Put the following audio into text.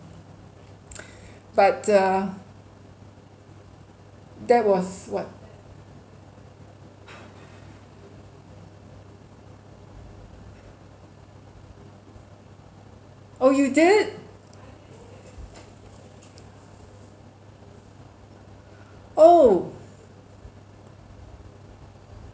but uh that was what oh you did oh